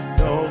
no